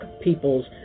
people's